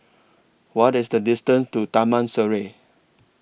What IS The distance to Taman Sireh